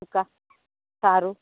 ಸುಕ್ಕ ಸಾರು